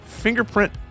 fingerprint